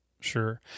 Sure